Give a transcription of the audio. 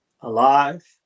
alive